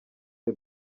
the